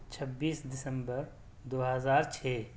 چھبیس دسمبر دو ہزار چھ